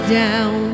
down